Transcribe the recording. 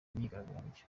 imyigaragambyo